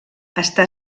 està